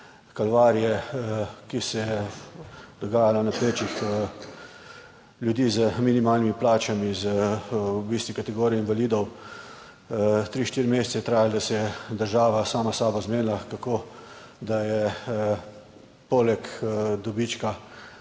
kalvarije, ki se je dogajala na plečih ljudi z minimalnimi plačami z v bistvu kategorije invalidov. Tri, štiri mesece je trajalo, da se je država sama s sabo zmenila, kako, da je poleg dobička